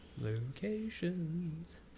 Locations